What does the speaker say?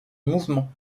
mouvement